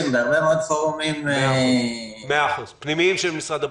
ובהרבה מאוד פורומים -- פנימיים של משרד הבריאות.